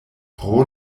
pro